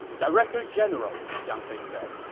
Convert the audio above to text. director general, zhang fei said,